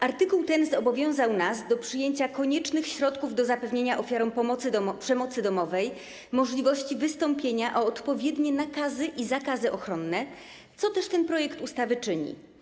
Artykuł ten zobowiązał nas do przyjęcia koniecznych środków do zapewnienia ofiarom przemocy domowej możliwości wystąpienia o odpowiednie nakazy i zakazy ochronne, co też ten projekt ustawy czyni.